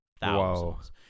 thousands